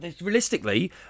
realistically